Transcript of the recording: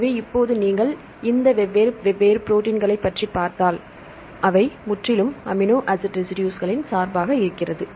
எனவே இப்போது நீங்கள் இந்த வெவ்வேறு ப்ரோடீன்களைப் பார்த்தால் அவை முற்றிலும் வெவ்வேறு அமினோ ஆசிட் ரெசிடுஸ்களின் சார்பாக இருக்கிறது